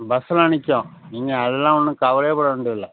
பஸ்ஸெல்லாம் நிற்கும் நீங்கள் அதெல்லாம் ஒன்றும் கவலையே பட வேண்டியதில்லை